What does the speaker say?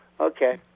Okay